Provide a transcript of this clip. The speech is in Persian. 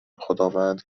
خداوند